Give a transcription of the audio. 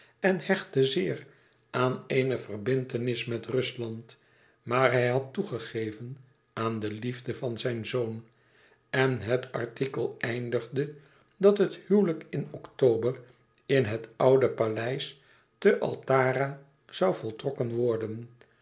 en hechtte zeer aan eene verbintenis met rusland maar hij had toegegeven aan de liefde van zijn zoon en het artikel eindigde dat het huwelijk in october in het oude paleis te altara zoû voltrokken worden